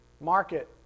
market